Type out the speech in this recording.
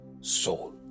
soul